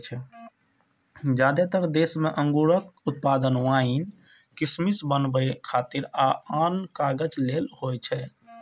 जादेतर देश मे अंगूरक उत्पादन वाइन, किशमिश बनबै खातिर आ आन काज लेल होइ छै